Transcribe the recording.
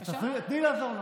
אז תני לי לעזור לך.